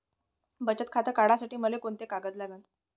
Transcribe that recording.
बचत खातं काढासाठी मले कोंते कागद लागन?